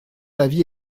l’avis